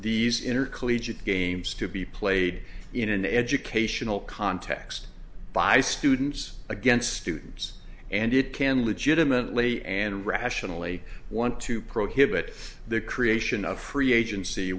these inner collegiate games to be played in an educational context by students against students and it can jud imminently and rationally want to prohibit the creation of free agency